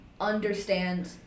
understand